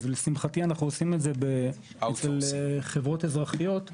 לשמחתי אנחנו עושים את זה אצל חברות אזרחיות,